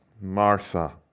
Martha